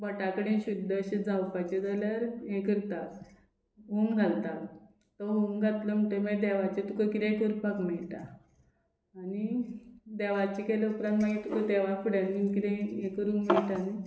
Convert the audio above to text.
भटा कडेन शुध्द अशें जावपाचें जाल्यार हें करता होम घालता तो होम घातलो म्हणटगीर मागीर देवाचें तुका किदेंय करपाक मेयटा आनी देवाचें केल्या उपरांत मागीर तुका देवा फुड्यान बीन कितेंय हें करूंक मेयटा न्ही